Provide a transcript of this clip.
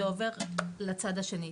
זה עובר לצד השני,